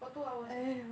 for two hours leh